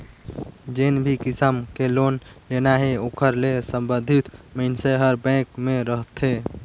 जेन भी किसम के लोन लेना हे ओकर ले संबंधित मइनसे हर बेंक में रहथे